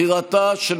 ההסתייגות (817) של